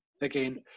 again